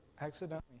accidentally